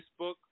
Facebook